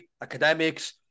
academics